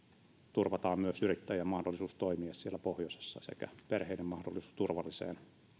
turvataan myös yrittäjien mahdollisuus toimia siellä pohjoisessa sekä perheiden mahdollisuus turvalliseen